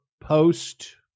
post